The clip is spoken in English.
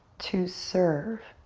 to serve.